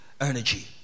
energy